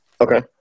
Okay